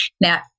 Now